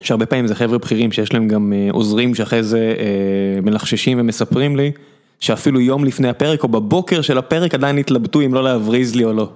שהרבה פעמים זה חבר'ה בכירים, שיש להם גם עוזרים שאחרי זה מלחששים ומספרים לי, שאפילו יום לפני הפרק או בבוקר של הפרק עדיין התלבטו אם לא להבריז לי או לא.